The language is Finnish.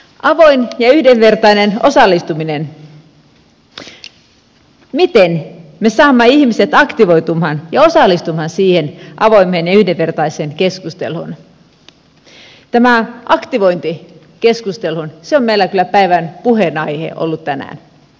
avoin ja yhdenvertainen osallistuminen miten me saamme ihmiset aktivoitumaan ja osallistumaan siihen avoimeen ja yhdenvertaiseen keskusteluun tämä aktivointikeskustelu on meillä kyllä päivän puheenaihe ollut tänään